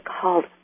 called